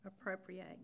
appropriate